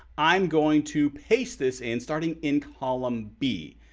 i'm going to paste this. and starting in column b,